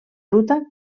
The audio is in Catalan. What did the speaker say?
ruta